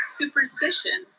superstition